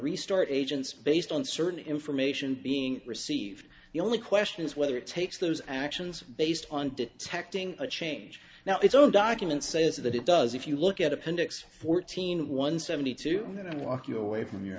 restart agents based on certain information being received the only question it's whether takes those actions based on detecting a change now its own documents says that it does if you look at appendix fourteen one seventy two when i walk you away from your